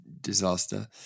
disaster